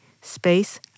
space